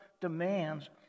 demands